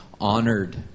honored